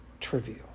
trivial